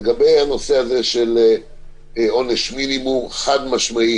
לגבי הנושא הזה של עונש מינימום חד משמעית